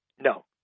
No